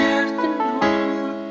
afternoon